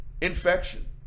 Infection